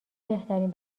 بهترین